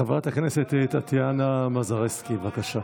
חברת הכנסת טטיאנה מזרסקי, בבקשה.